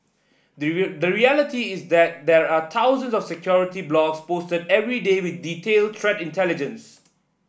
the the reality is that there are thousands of security blogs posted every day with detailed threat intelligence